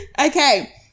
Okay